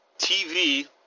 TV